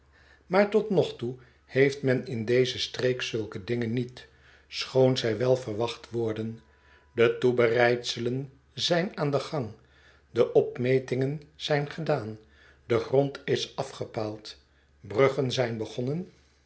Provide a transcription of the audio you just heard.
maar tot nog toe heeft men in deze streek zulke dingen niet schoon zij wel verwacht worden de toebereidselen zijn aan den gang de opmetingen zijn gedaan de grond is afgepaald bruggen zijn begonnen